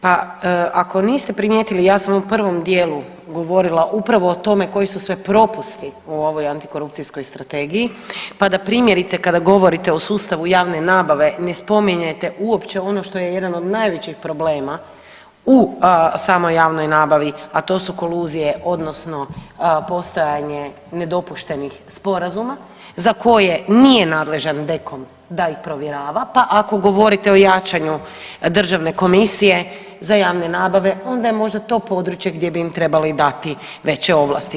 Pa ako niste primijetili ja sam u prvom dijelu govorila upravo o tome koji su sve propusti u ovoj antikorupcijskom strategiji, pa da primjerice kada govorite o sustavu javne nabave ne spominjete uopće ono što je jedan od najvećih problema u samoj javnoj nabavi, a to su koluzije odnosno postojanje nedopuštenih sporazuma za koje nije nadležan DKOM da ih provjerava, pa ako govorite o jačanju državne komisije za javne nabave onda je možda to područje gdje bi im trebali dati veće ovlasti.